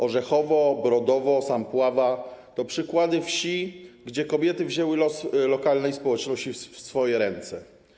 Orzechowo, Brodowo, Sampława - to przykłady wsi, gdzie kobiety wzięły los lokalnej społeczności w swoje ręce.